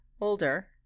older